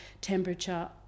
temperature